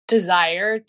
Desire